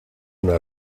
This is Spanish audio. una